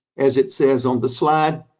as it says on the slide,